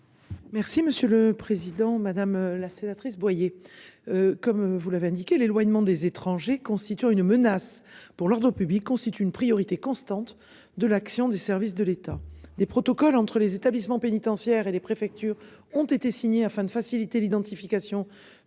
Merci monsieur le président, madame la sénatrice Boyer. Comme vous l'avez indiqué l'éloignement des étrangers. Une menace pour l'ordre public, constitue une priorité constante de l'action des services de l'État des protocoles entre les établissements pénitentiaires et les préfectures ont été signés afin de faciliter l'identification